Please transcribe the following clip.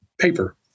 paper